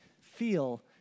feel